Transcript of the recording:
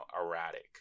erratic